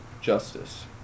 justice